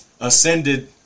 ascended